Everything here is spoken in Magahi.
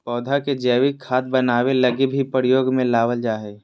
पौधा के जैविक खाद बनाबै लगी भी प्रयोग में लबाल जा हइ